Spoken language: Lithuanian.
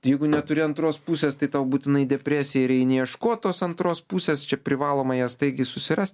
jeigu neturi antros pusės tai tau būtinai depresija ir eini ieškot tos antros pusės čia privaloma ją staigiai susirast